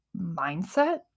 mindset